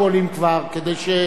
כדי שהציבור ישמע מה שאתה אומר.